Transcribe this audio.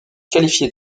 qualifié